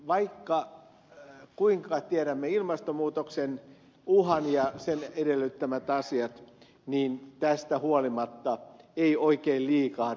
vaikka kuinka tiedämme ilmastonmuutoksen uhan ja sen edellyttämät asiat tästä huolimatta ei oikein liikahda